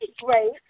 great